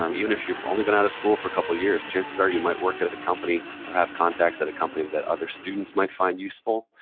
um even if you've only been out of school for a couple of years, chances are you might work at at a company or have contacts at a company that other students might find useful.